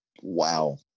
Wow